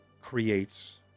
creates